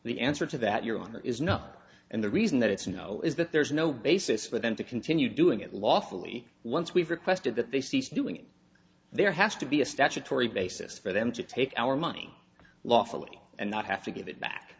the answer to that your honor is not and the reason that it's you know is that there's no basis for them to continue doing it lawfully once we've requested that they cease doing it there has to be a statutory basis for them to take our money lawfully and not have to give it back